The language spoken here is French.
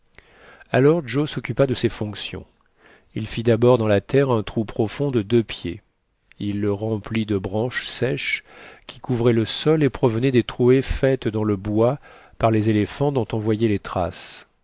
alors joe s'occupa de ses fonctions il fit d'abord dans la terre un trou profond de deux pieds il le remplit de branches sèches qui couvraient le sol et provenaient des trouées faites dans le bois par les éléphants dont on voyait les traces